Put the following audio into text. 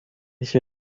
che